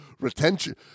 retention